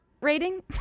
rating